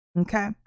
Okay